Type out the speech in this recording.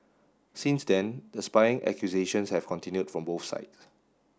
since then the spying accusations have continued from both side